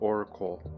Oracle